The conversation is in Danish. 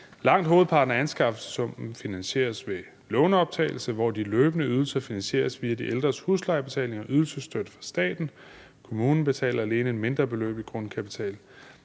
Langt hovedparten af anskaffelsessummen finansieres ved lånoptagelse, hvor de løbende ydelser finansieres via de ældres huslejebetaling og ydelsesstøtte fra staten. Kommunen betaler alene et mindre beløb i grundkapital.